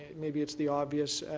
maybe it's the obvious,